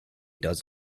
does